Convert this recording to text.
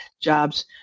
jobs